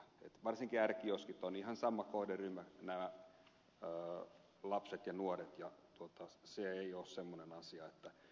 varsinkin r kioskeilla on ihan sama kohderyhmä nämä lapset ja nuoret ja se ei ole semmoinen asia että